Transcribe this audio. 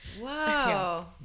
wow